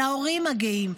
להורים הגאים.